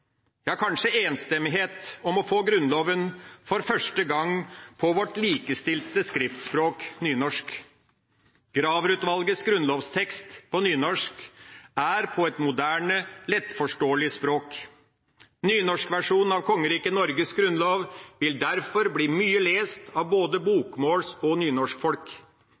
ja, kanskje enstemmighet om – å for første gang å få Grunnloven på vårt likestilte skriftspråk: nynorsk. Graver-utvalgets grunnlovstekst på nynorsk er på et moderne, lettforståelig språk. Nynorskversjonen av Kongeriket Norges grunnlov vil derfor bli mye lest av både bokmåls- og